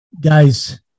Guys